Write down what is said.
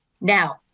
Now